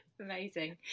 amazing